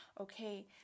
okay